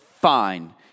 fine